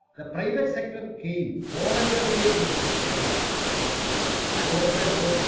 the private sector came voluntarily to the kerala government and offered all and